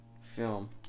film